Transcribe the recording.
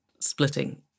splitting